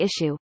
issue